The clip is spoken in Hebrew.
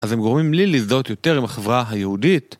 אז הם גורמים לי להזדהות יותר עם החברה היהודית.